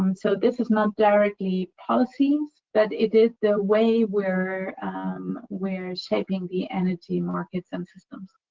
um so, this is not directly policies, but it is the way we're um we're shaping the energy markets and systems.